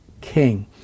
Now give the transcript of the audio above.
king